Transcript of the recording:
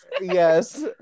Yes